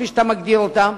כפי שאתה מגדיר אותן,